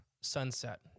sunset